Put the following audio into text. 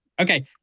Okay